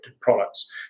products